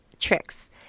tricks